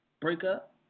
Breakup